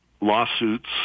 lawsuits